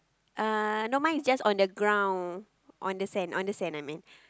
uh no mine is just on the ground on the sand on the sand I meant